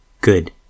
good